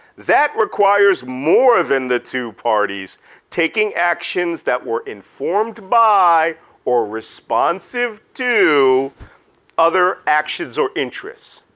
that requires more than the two parties taking actions that were informed by or responsive to other actions or interests.